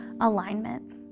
alignment